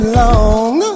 long